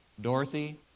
Dorothy